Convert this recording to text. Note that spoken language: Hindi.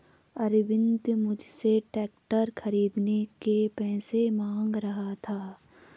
अरविंद मुझसे ट्रैक्टर खरीदने के पैसे मांग रहा था